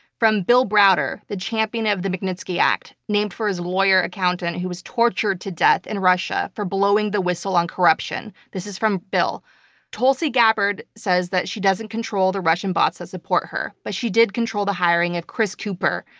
from bill browder, the champion of the magnitsky act, named for his lawyer accountant who was tortured to death in russia for blowing the whistle on corruption this is from bill tulsi gabbard says that she doesn't control the russian bots that support her, but she did control the hiring of chris cooper,